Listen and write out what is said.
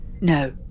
No